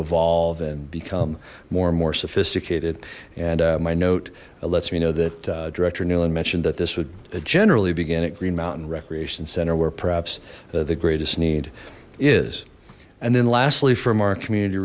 evolve and become more and more sophisticated and my note lets me know that director newland mentioned that this would generally begin at green mountain recreation center where perhaps the greatest need is and then lastly from our community